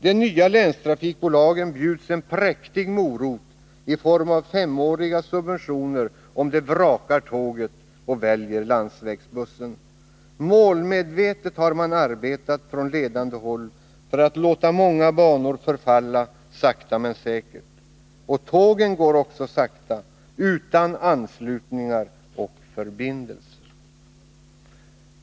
De nya länstrafikbolagen bjuds en präktig morot i form av femåriga subventioner om de vrakar tåget och väljer landsvägsbussen. Målmedvetet har man arbetat från ledande håll för att låta många banor förfalla — sakta men säkert — och tågen går också sakta utan anslutningar och förbindelser.